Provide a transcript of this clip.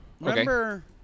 remember